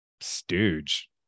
stooge